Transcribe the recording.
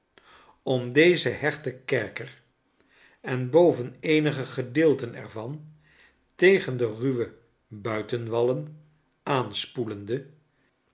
om dezen hechten kerker en boven eenige gedeelten er van tegen de ruwe buitenwallen aanspoelendp